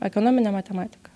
ekonominė matematika